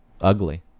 ugly